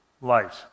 light